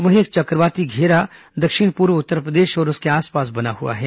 वहीं एक चक्रवाती घेरा दक्षिण पूर्व उत्तरप्रदेश और उसके आसपास बना हुआ है